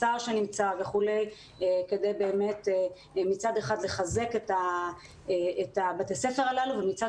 עם השר וכולי כדי מצד אחד לחזק את בתי הספר הללו ומצד